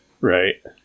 Right